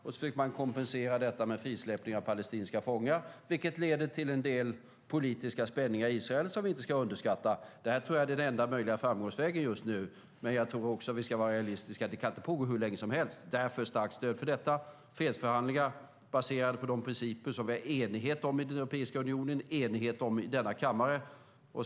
Man försöker kompensera detta med frisläppning av palestinska fångar, vilket leder till en del politiska spänningar i Israel som vi inte ska underskatta. Det tror jag är den enda möjliga framgångsvägen just nu. Men vi ska vara realistiska. Det kan inte pågå hur länge som helst. Därför ger vi ett starkt stöd för detta. Det handlar om fredsförhandlingar baserade på de principer som vi har enighet om i Europeiska unionen och i denna kammare.